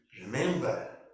remember